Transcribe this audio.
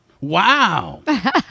Wow